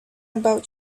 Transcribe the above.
about